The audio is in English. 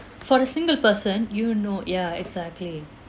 for the single person you know ya exactly